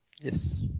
Yes